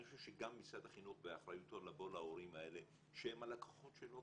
אני חושב שגם משרד החינוך באחריותו לבוא להורים האלה שהם הלקוחות שלו,